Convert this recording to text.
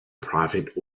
profit